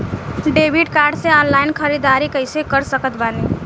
Debit card से online ख़रीदारी कैसे कर सकत बानी?